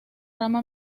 rama